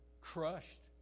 Crushed